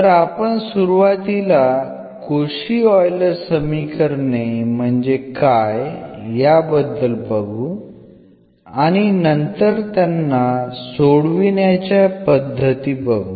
तर आपण सुरुवातीला कोशी ऑइलर समीकरणे म्हणजे काय याबद्दल बघू आणि नंतर त्यांना सोडविण्याच्या पद्धती बघू